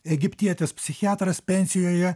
egiptietis psichiatras pensijoje